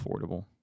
affordable